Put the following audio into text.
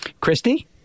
Christy